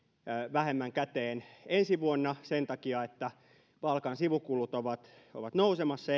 vähemmän käteen ensi vuonna sen takia että palkan sivukulut ovat ovat nousemassa